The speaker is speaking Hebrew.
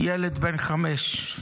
ילד בן 5,